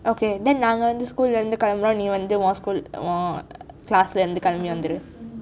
okay then நாங்கள் வந்து:naankal vanthu school இருந்து களம்புறோம் நீ வந்து உன்:irunthu kalamburom ni vanthu un school உன்:un class இருந்து:irunthu